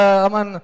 Aman